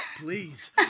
please